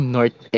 North